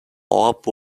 orb